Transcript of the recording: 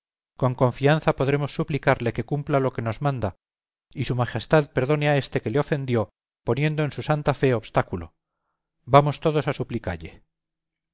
con confianza podremos suplicarle que cumpla lo que nos manda y su majestad perdone a éste que le ofendió poniendo en su santa fe obstáculo vamos todos a suplicalle